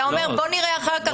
אתה אומר: בואו נראה אחר כך,